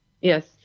yes